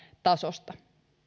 tasosta